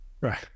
right